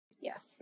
Yes